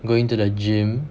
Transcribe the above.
going to the gym